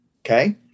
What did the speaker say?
Okay